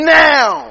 now